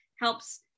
helps